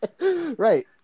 Right